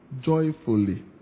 joyfully